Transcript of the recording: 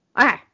Okay